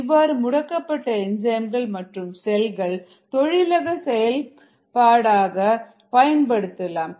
இவ்வாறு முடக்கப்பட்ட என்சைம்கள் மற்றும் செல்கள் தொழிலக செயல்பாடஆக பயன்படுத்தலாம்